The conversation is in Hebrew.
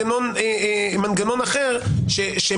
ללכת לסעיף טיפה יותר כללי והנושא של המקרים הפרטניים שייכנסו